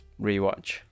rewatch